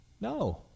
No